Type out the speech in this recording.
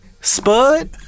spud